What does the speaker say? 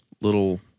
little